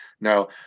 Now